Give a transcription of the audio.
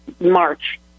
March